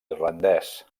irlandès